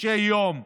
קשה יום,